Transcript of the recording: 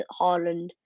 Haaland